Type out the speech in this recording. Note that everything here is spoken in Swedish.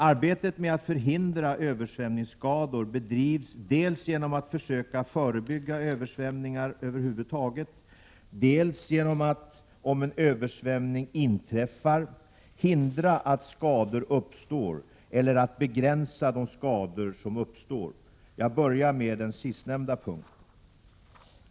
Arbetet med att förhindra översvämningsskador bedriver man dels genom att försöka förebygga översvämningar över huvud taget, dels genom att, om en översvämning inträffar, hindra att skador uppstår eller begränsa de skador som uppstår. Jag börjar med den sistnämnda punkten.